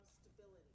Stability